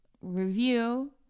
Review